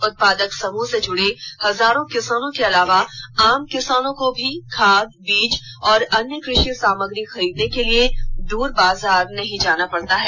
उत्पादक समूह से जुड़े हजारों किसानों के अलावा आम किसानों को भी खाद बीज एवं अन्य कृषि सामाग्री खरीदने के लिए दूर बाजार नहीं जाना पड़ता है